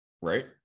right